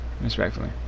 Respectfully